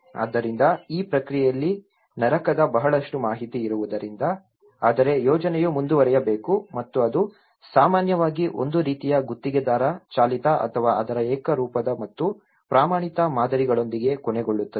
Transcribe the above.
ಆದ್ದರಿಂದ ಈ ಪ್ರಕ್ರಿಯೆಯಲ್ಲಿ ನರಕದ ಬಹಳಷ್ಟು ಮಾಹಿತಿ ಇರುವುದರಿಂದ ಆದರೆ ಯೋಜನೆಯು ಮುಂದುವರಿಯಬೇಕು ಮತ್ತು ಅದು ಸಾಮಾನ್ಯವಾಗಿ ಒಂದು ರೀತಿಯ ಗುತ್ತಿಗೆದಾರ ಚಾಲಿತ ಅಥವಾ ಅದರ ಏಕರೂಪದ ಮತ್ತು ಪ್ರಮಾಣಿತ ಮಾದರಿಗಳೊಂದಿಗೆ ಕೊನೆಗೊಳ್ಳುತ್ತದೆ